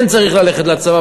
כן צריך ללכת לצבא,